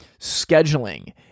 scheduling